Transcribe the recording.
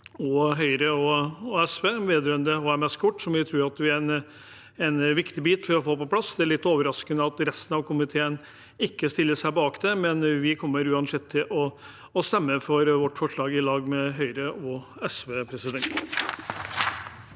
med Høyre og SV vedrørende HMS-kort, som vi tror er en viktig bit å få på plass. Det er litt overraskende at resten av komiteen ikke stiller seg bak det, men vi kommer uansett til å stemme for vårt forslag, sammen med Høyre og SV.